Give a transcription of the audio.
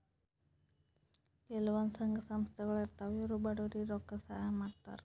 ಕೆಲವಂದ್ ಸಂಘ ಸಂಸ್ಥಾಗೊಳ್ ಇರ್ತವ್ ಇವ್ರು ಬಡವ್ರಿಗ್ ರೊಕ್ಕದ್ ಸಹಾಯ್ ಮಾಡ್ತರ್